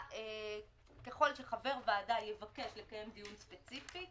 ככל שחבר ועדה יבקש לקיים דיון ספציפי,